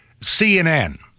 CNN